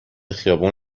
خیابون